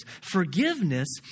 Forgiveness